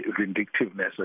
vindictiveness